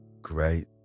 Great